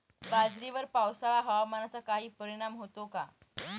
बाजरीवर पावसाळा हवामानाचा काही परिणाम होतो का?